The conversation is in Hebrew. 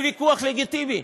זה ויכוח לגיטימי.